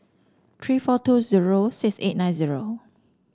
three four two zero six eight nine zero